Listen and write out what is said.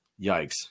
yikes